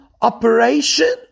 operation